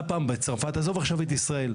עזוב עכשיו את ישראל,